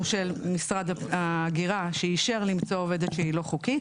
של שמשרד ההגירה שאישר למצוא עובדת שהיא לא חוקית